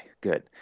good